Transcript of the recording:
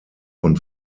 von